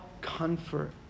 comfort